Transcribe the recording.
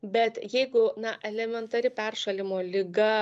bet jeigu na elementari peršalimo liga